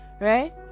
right